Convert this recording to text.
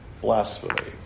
blasphemy